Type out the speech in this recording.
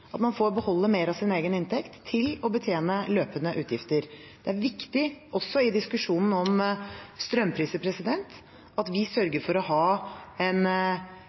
at man får beholde mer av sin egen inntekt til å betjene løpende utgifter. Det er også viktig, i diskusjonen om strømpriser, at vi sørger for å ha